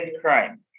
crime